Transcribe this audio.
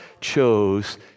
chose